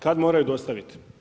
Kad moraju dostaviti?